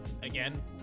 Again